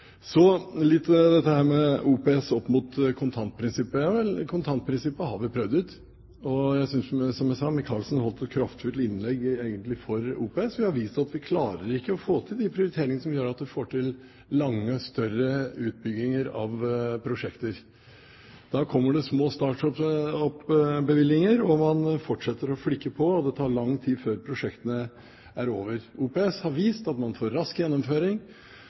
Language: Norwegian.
Så litt om OPS opp mot kontantprinsippet. Kontantprinsippet har vi prøvd ut, og jeg synes, som jeg sa, at Micaelsen egentlig holdt et kraftfullt innlegg for OPS. Vi har vist at vi ikke klarer å få til de prioriteringene som gjør at vi får til lange, større utbygginger av prosjekter. Det kommer små startbevilgninger, og man fortsetter å flikke, og det tar lang tid før prosjektene er ferdige. OPS har vist at man får rask gjennomføring,